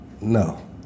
No